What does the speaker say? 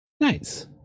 Nice